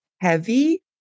heavy